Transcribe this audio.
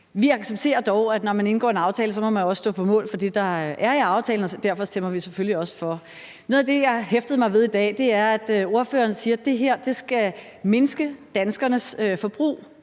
Vi accepterer dog, at når man indgår en aftale, må man også stå på mål for det, der er i aftalen, og derfor stemmer vi selvfølgelig også for. Noget af det, jeg hæftede mig ved i dag, er, at ordføreren siger, at det her skal mindske danskernes forbrug